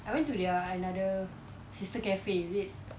I went to their another sister cafe is it